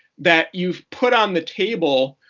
that you've put on the table